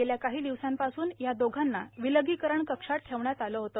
गेल्या काही दिवसांपासून या दोघांना विलगीकरण कक्षात ठेवण्यात आलं आहे